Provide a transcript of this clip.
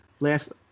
last